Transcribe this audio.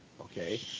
okay